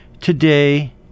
Today